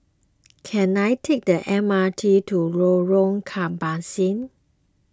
can I take the M R T to Lorong Kebasi